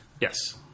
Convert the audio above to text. Yes